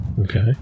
Okay